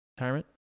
retirement